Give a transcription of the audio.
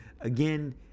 again